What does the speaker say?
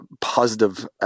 positive